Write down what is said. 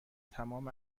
تمام